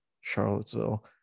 Charlottesville